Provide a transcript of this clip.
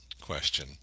question